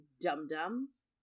dum-dums